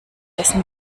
essen